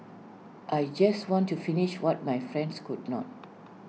I just want to finish what my friends could not